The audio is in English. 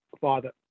Father